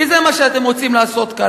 כי זה מה שאתם רוצים לעשות כאן.